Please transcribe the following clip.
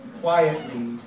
quietly